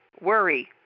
worry